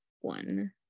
one